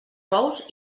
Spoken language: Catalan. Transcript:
bous